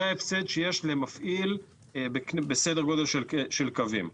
זה ההפסד שיש למפעיל בסדר גודל של קווים.